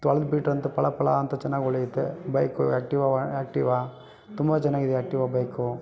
ತೊಳ್ದು ಬಿಟ್ಟರಂತೂ ಫಳ ಫಳ ಅಂತ ಚೆನ್ನಾಗಿ ಹೊಳೆಯುತ್ತೆ ಬೈಕು ಆ್ಯಕ್ಟಿವಾ ಆ್ಯಕ್ಟಿವಾ ತುಂಬ ಚೆನ್ನಾಗಿದೆ ಆ್ಯಕ್ಟಿವಾ ಬೈಕು